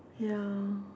ya